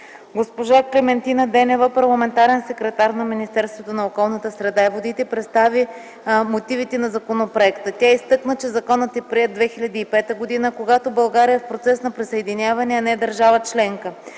Госпожа Клементина Денева - главен секретар на Министерството на околната среда и водите представи мотивите на законопроекта. Тя изтъкна, че законът е приет 2005 г., когато България е в процес на присъединяване, а не държава членка.